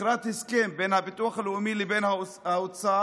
נכרת הסכם בין הביטוח הלאומי לבין האוצר,